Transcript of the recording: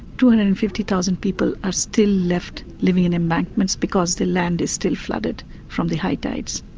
two hundred and fifty thousand people are still left living in embankments because their land is still flooded from the high tides.